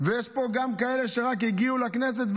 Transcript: ויש פה גם שרק הגיעו לכנסת,